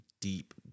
deep